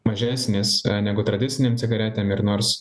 mažesnis negu tradicinėm cigaretėm ir nors